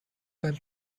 beim